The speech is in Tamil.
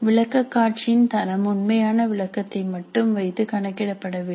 விளக்க காட்சியின் தரம் உண்மையான விளக்கத்தை மட்டும் வைத்து கணக்கிடப்படவில்லை